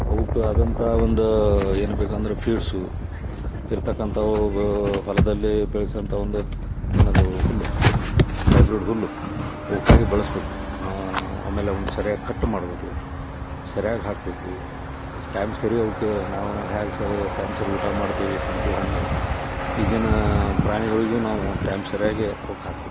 ಅವಕ್ಕೇ ಆದಂಥ ಒಂದು ಏನ್ಬೇಕು ಅಂದರೆ ಫೀಡ್ಸು ಇರತಕ್ಕಂಥವು ಅವು ಹೊಲದಲ್ಲಿ ಬೆಳೆಸುವಂಥ ಒಂದು ಏನದು ಹುಲ್ಲು ಹೈಬ್ರಿಡ್ ಹುಲ್ಲು ಅವಕ್ಕಾಗಿ ಬೆಳೆಸಬೇಕು ಆಮೇಲೆ ಅವನ್ನು ಸರಿಯಾಗಿ ಕಟ್ ಮಾಡಬೇಕು ಸರಿಯಾಗಿ ಹಾಕಬೇಕು ಅದು ಸ್ ಟೈಮ್ ಸರಿ ಅವ್ಕೆ ನಾವು ಹೇಗ್ ಸರಿ ಟೈಮ್ ಸರಿ ಊಟ ಮಾಡ್ತೀವಿ ತಿಂತೀವಿ ಹಂಗೇ ಈಗಿನ ಪ್ರಾಣಿಗಳಿಗೂ ನಾವು ಟೈಮ್ ಸರಿಯಾಗಿ ಅವಕ್ಕೆ ಹಾಕಬೇಕು